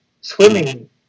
swimming